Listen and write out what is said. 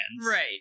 Right